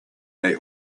they